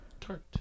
tart